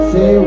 Say